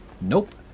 nope